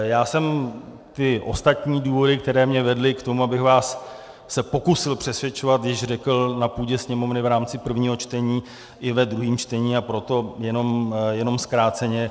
Já jsem ostatní důvody, které mě vedly k tomu, abych se vás pokusil přesvědčovat, již řekl na půdě Sněmovny v rámci prvního čtení i ve druhém čtení, a proto jenom zkráceně.